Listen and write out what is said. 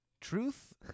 Truth